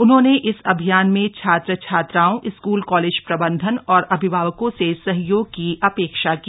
उन्होंने इस अभियान में छात्र छात्राओं स्कूल कॉलेज प्रबंधन और अभिभावकों से सहयोग की अपेक्षा की